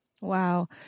Wow